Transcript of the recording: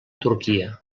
turquia